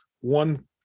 one